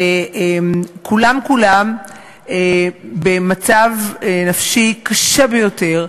וכולם כולם במצב נפשי קשה ביותר,